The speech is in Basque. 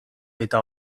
eta